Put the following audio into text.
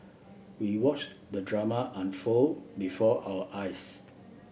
we watched the drama unfold before our eyes